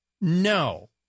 No